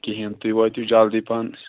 کِہیٖنۍ تُہۍ وٲتِو جلدی پَہم